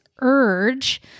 urge